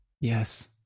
yes